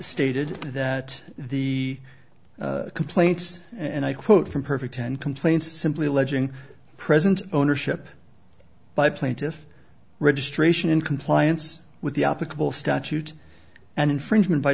stated that the complaints and i quote from perfect ten complaints simply alleging present ownership by plaintiff registration in compliance with the applicable statute and infringement by